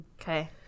Okay